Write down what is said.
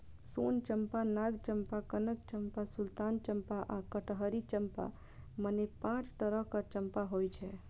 सोन चंपा, नाग चंपा, कनक चंपा, सुल्तान चंपा आ कटहरी चंपा, मने पांच तरहक चंपा होइ छै